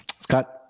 Scott